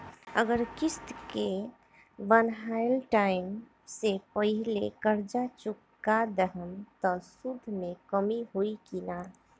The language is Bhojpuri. अगर किश्त के बनहाएल टाइम से पहिले कर्जा चुका दहम त सूद मे कमी होई की ना?